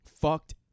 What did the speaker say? fucked